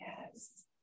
yes